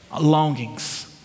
longings